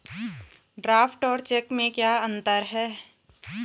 Draft और cheque में क्या अंतर है?